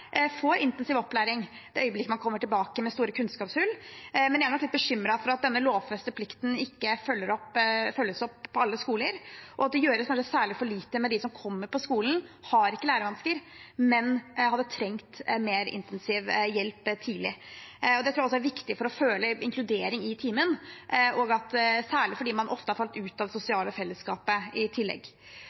tilbake med store kunnskapshull. Men jeg er nok litt bekymret for at denne lovfestede retten ikke følges opp på alle skoler, og at det kanskje særlig gjøres for lite for dem som ikke har lærevansker, men som kommer tilbake til skolen og hadde trengt en mer intensiv hjelp tidlig. Det tror jeg også er viktig for å føle inkludering i timen, særlig fordi man ofte har falt ut av det sosiale fellesskapet i tillegg.